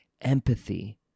empathy